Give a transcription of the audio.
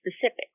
specific